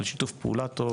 על שיתוף פעולה טוב,